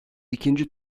i̇kinci